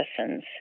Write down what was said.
medicines